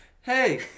Hey